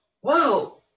whoa